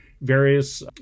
various